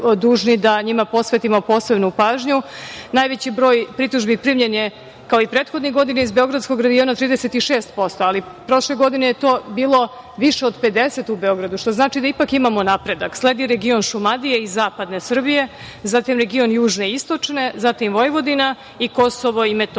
da njima posvetimo posebnu pažnju. Najveći broj pritužbi primljen je kao i prethodnih godina iz beogradskog regiona, 36%, ali prošle godine je to bilo više od 50 u Beogradu, što znači da ipak imamo napredak. Sledi region Šumadije i zapadne Srbije, zatim region južne i istočne, zatim Vojvodina i Kosovo i Metohija. Ostaje